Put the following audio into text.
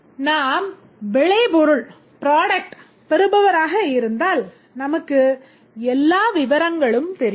நாம் விளைபொருள் பெறுபவராக இருந்தால் நமக்கு எல்லா விவரங்களும் தெரியும்